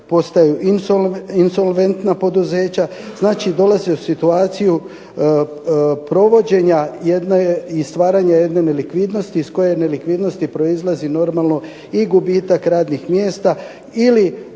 postaju insolventna poduzeća. Znači, dolaze u situaciju provođenja jedne i stvaranja jedne nelikvidnosti iz koje nelikvidnosti proizlazi normalno i gubitak radnih mjesta ili